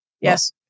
Yes